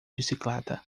bicicleta